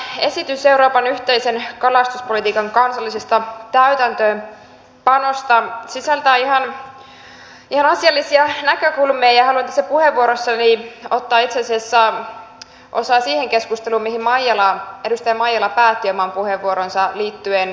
tämä esitys euroopan yhteisen kalastuspolitiikan kansallisesta täytäntöönpanosta sisältää ihan asiallisia näkökulmia ja haluan tässä puheenvuorossani ottaa itse asiassa osaa siihen keskusteluun mihin edustaja maijala päätti oman puheenvuoronsa liittyen loheen